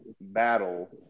battle